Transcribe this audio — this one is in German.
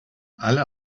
alle